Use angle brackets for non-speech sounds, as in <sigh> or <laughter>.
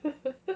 <laughs>